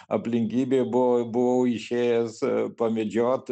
aplinkybė buvo buvau išėjęs pamedžiot